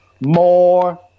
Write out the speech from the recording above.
more